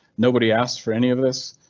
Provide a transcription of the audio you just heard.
nobody asked for any of this,